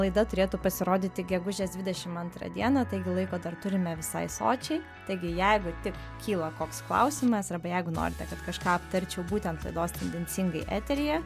laida turėtų pasirodyti gegužės dvidešim antrą dieną taigi laiko dar turime visai sočiai taigi jeigu tik kyla koks klausimas arba jeigu norite kad kažką aptarčiau būtent laidos tendencingai eteryje